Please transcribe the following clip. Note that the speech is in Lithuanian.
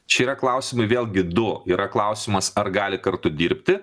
čia yra klausimai vėlgi du yra klausimas ar gali kartu dirbti